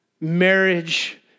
marriage